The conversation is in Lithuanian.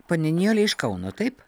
ponia nijolė iš kauno taip